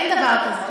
אין דבר כזה.